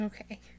Okay